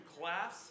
class